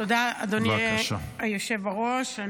תודה, אדוני היושב בראש.